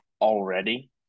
already